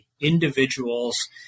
individuals